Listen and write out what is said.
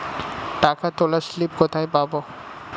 টাকা তোলার স্লিপ কোথায় পাব?